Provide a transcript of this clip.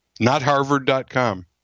NotHarvard.com